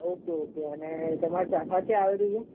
okay okay અને તમારી શાખા ક્યાં આવેલી છે